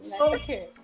okay